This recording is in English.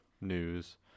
news